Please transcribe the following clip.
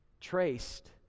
traced